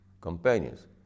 companions